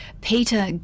Peter